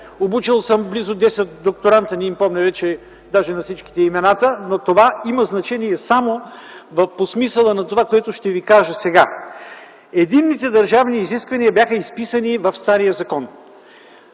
обучил съм близо 10 докторанта, не им помня даже на всички имената, но това има значение само по смисъла на това, което ще ви кажа сега. Единните държавни изисквания бяха изписани в стария закон.